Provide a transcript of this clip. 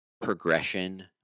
progression